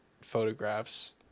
photographs